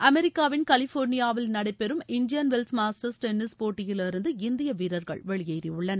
அமெரிக்காவின் கலிஃபோர்னியாவில் நடைபெறும் இண்டியன் வெல்ஸ் மாஸ்டர்ஸ் டென்னிஸ் போட்டியிலிருந்து இந்திய வீரர்கள் வெளியேறியுள்ளனர்